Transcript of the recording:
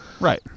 Right